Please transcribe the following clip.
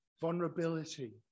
vulnerability